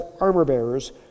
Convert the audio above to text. armor-bearers